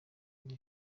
ari